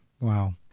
Wow